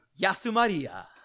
Yasumaria